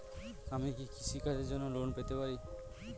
আমি কি কৃষি কাজের জন্য লোন পেতে পারি?